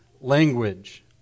language